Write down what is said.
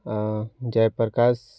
Jayaprakash